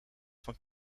van